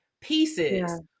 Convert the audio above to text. pieces